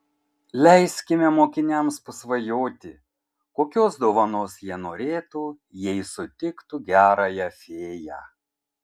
leiskime mokiniams pasvajoti kokios dovanos jie norėtų jei sutiktų gerąją fėją